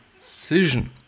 decision